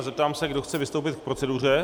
Zeptám se, kdo chce vystoupit k proceduře.